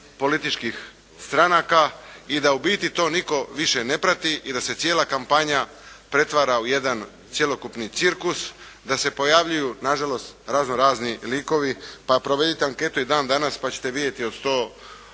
političkih stranaka i da u biti to nitko više ne prati i da se cijela kampanja pretvara u jedan cjelokupni cirkus, da se pojavljuju nažalost razno razni likovi. Pa provedite anketu i dan danas pa ćete vidjeti od 102